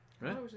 Right